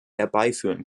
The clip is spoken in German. herbeiführen